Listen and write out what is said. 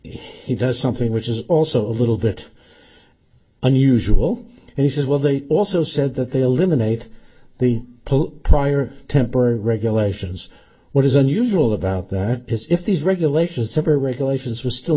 he does something which is also a little bit unusual and he says well they also said that they eliminate the pl prior temporary regulations what is unusual about that is if these regulations sever regulations were still